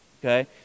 okay